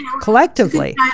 collectively